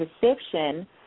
perception